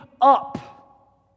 up